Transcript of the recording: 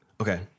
Okay